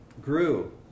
grew